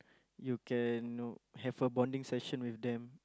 you can know have a bonding session with them